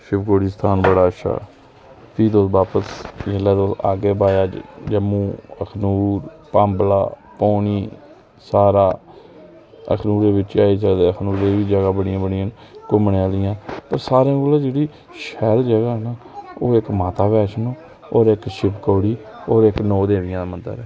शिवखोड़ी स्थान बड़ा अच्छा ऐ ते भी तुस बापस आह्गे बाया जम्मू अखनूर भांबला पौनी सारा अखनूर बिचें आई सकदे अखनूरै दी जगह बड़ी बड़ी जगह न घुम्मने आह्लियां एह् सारें ई जेह्ड़ियां शैल जगह न एह् इक्क माता वैष्णो होर इक्क शिवखोड़ी एह् इक्क नौ देवियां मंदर ऐ